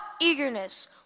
eagerness